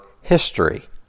history